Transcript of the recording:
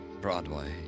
Broadway